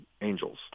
angels